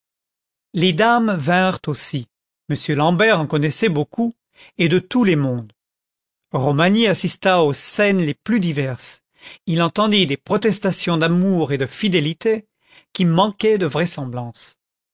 les dames vinrent aussi m l'ambert en connaissait beaucoup et de tous les mondes romagné assista aux scènes les plus diverses il entendit des protestations d'amour et de fidélité qui manquaient de vraisemblance